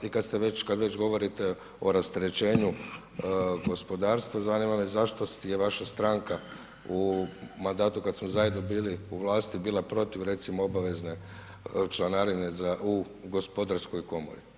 I kad ste već, kad već govorite o rasterećenju gospodarstva zanima me zašto je vaša stranka u mandatu kad smo zajedno bili u vlasti bila protiv recimo obavezne članarine za, u gospodarskoj komori.